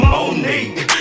Monique